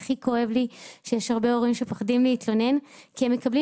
הכי כואב לי שיש הרבה הורים שמפחדים להתלונן כי הם מקבלים